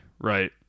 right